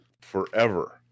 forever